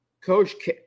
Coach